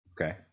Okay